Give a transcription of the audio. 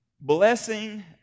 Blessing